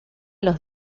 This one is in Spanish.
los